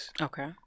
Okay